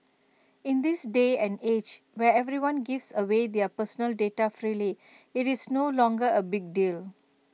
in this day and age where everyone gives away their personal data freely IT is no longer A big deal